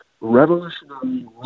revolutionary